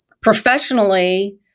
Professionally